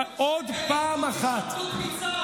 עוד פעם אחת,